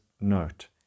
note